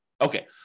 Okay